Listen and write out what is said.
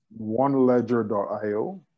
OneLedger.io